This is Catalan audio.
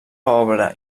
obra